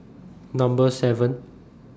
Number seven